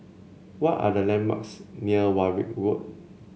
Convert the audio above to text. why are the landmarks near Warwick Road